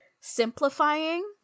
simplifying